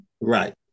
Right